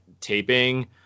taping